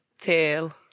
tail